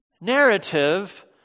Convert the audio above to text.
narrative